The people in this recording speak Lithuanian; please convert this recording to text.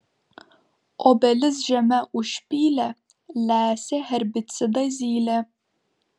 obelis žeme užpylė lesė herbicidą zylė